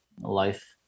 life